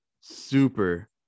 super